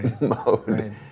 mode